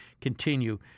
continue